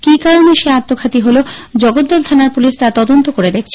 কি কারনে সে আত্মঘাতী হলো জগদ্দল থানার পুলিশ তা তদন্ত করে দেখছে